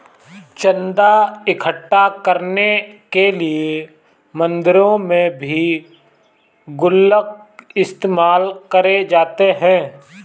चन्दा इकट्ठा करने के लिए मंदिरों में भी गुल्लक इस्तेमाल करे जाते हैं